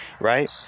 right